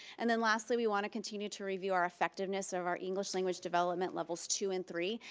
and then lastly we want to continue to review our effectiveness of our english language development levels two and three,